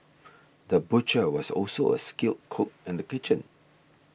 the butcher was also a skilled cook in the kitchen